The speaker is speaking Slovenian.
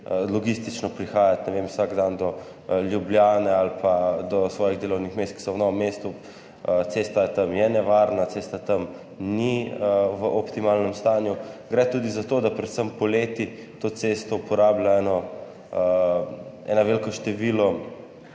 logistično prihajati vsak dan do Ljubljane ali pa do svojih delovnih mest, ki so v Novem mestu, cesta je tam nevarna in ni v optimalnem stanju. Gre tudi za to, da predvsem poleti to cesto uporablja veliko število